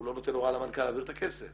הוא לא נותן הוראה למנכ"ל להעביר את הכסף.